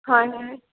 হয় হয়